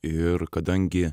ir kadangi